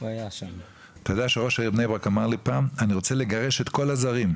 אתה יודע שראש עיריית בני ברק אמר לי פעם 'אני רוצה לגרש את כל הזרים',